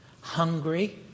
hungry